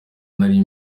nari